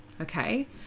Okay